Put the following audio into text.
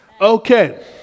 Okay